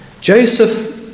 Joseph